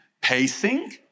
Pacing